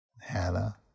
Hannah